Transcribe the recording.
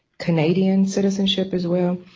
canadian citizenship as well.